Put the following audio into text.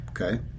Okay